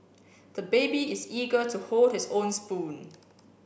the baby is eager to hold his own spoon